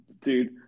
Dude